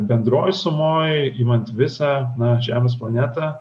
bendroj sumoj imant visą na žemės planetą